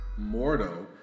Mordo